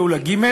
פעולה ג',